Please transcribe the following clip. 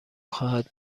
خواهد